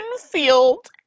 field